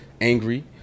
angry